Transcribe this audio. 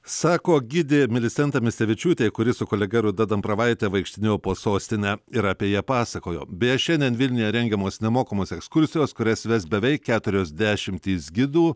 sako gidė milisandra misevičiūtė kuri su kolega ruda dambravaite vaikštinėjo po sostinę ir apie ją pasakojo beje šiandien vilniuje rengiamos nemokamos ekskursijos kurias ves beveik keturios dešimtys gidų